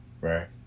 right